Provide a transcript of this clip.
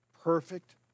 perfect